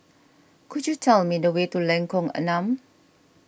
could you tell me the way to Lengkong Enam